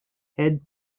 head